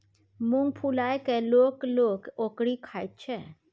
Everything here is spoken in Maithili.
मुँग फुलाए कय लोक लोक ओकरी खाइत छै